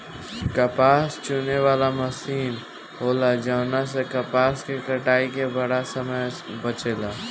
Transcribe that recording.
कपास चुने वाला मशीन होला जवना से कपास के कटाई के बेरा समय बचेला